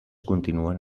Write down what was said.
continuen